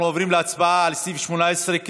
של קבוצת סיעת הרשימה המשותפת,